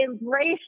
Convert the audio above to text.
embrace